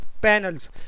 panels